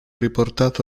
riportato